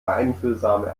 einfühlsame